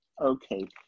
Okay